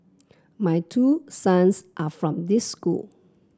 my two sons are from this school